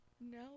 No